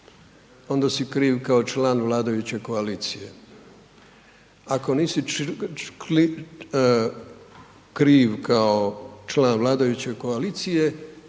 onda si kriv kao član vladajuće koalicije. Ako nisi kriv kao član vladajuće koalicije,